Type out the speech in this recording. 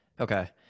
Okay